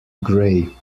gray